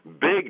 big